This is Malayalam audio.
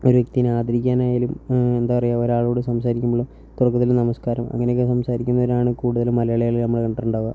ഒരു വ്യക്തിയിനെ ആദരിക്കാനായാലും എന്താ പറയുക ഒരാളോട് സംസാരിക്കുമ്പോഴും തുടക്കത്തിൽ നമസ്കാരം അങ്ങനെയൊക്കെ സംസാരിക്കുന്നവരാണ് കൂടുതലും മലയാളികളെ നമ്മൾ കണ്ടിട്ടുണ്ടാവുക